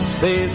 say